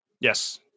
Yes